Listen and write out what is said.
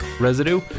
residue